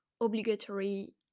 obligatory